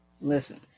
Listen